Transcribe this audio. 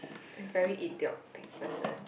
a very idiotic person